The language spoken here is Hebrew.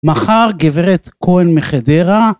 מחר גברת כהן מחדרה